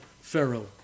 Pharaoh